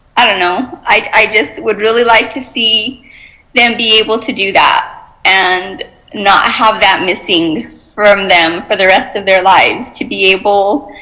i don't know. i just would really like to see them be able to do that. that. and not have that missing from them for the rest of their lives to be able